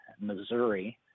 Missouri